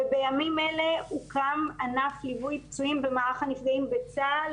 ובימים אלה הוקם ענף ליווי פנים במערך הנפגעים בצה"ל.